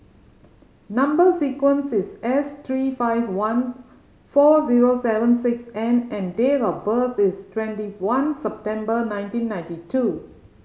number sequence is S three five one four zero seven six N and date of birth is twenty one September nineteen ninety two